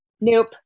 Nope